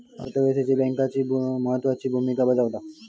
अर्थ व्यवस्थेत बँक महत्त्वाची भूमिका बजावता